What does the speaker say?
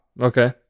Okay